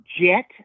Jet